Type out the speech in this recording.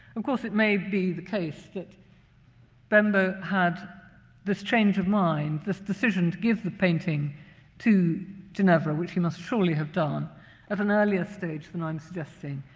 of course, it may be the case that bembo had this change of mind, this decision to give the painting to ginevra, which he must surely have done at an earlier stage than i'm suggesting.